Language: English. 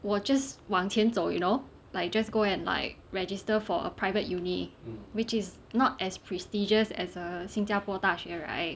我 just 往前走 you know like just go and like register for a private uni which is not as prestigious as a 新加坡大学 right